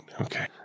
Okay